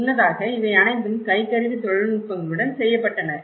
முன்னதாக இவை அனைத்தும் கை கருவி தொழில்நுட்பங்களுடன் செய்யப்பட்டன